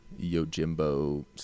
Yojimbo